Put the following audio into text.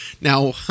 now